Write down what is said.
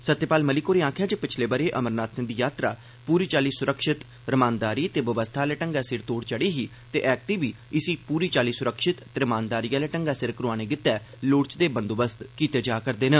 सत्यपाल मलिक होरें आक्खेआ जे पिछले ब'रे श्री अमरनाथें दी यात्रा पूरी चाल्ली सुरक्षत रमानदारी ते बवस्था आले ढंगै सिर तोड़ चढ़ी ही ते ऐकती बी इसी पूरी चाल्ली सुरक्षत ते रमानदारी सिर करोआने लेई लोड़चदे बंदोबस्त कीते जा'रदे न